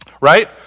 Right